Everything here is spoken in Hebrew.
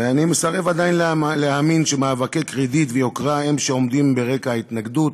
ואני עדיין מסרב להאמין שמאבקי קרדיט ויוקרה הם שעומדים ברקע ההתנגדות.